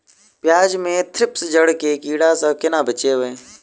प्याज मे थ्रिप्स जड़ केँ कीड़ा सँ केना बचेबै?